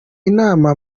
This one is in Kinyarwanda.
inama